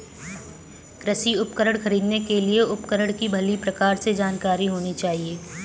कृषि उपकरण खरीदने के लिए उपकरण की भली प्रकार से जानकारी होनी चाहिए